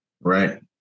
Right